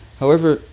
however,